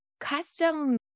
custom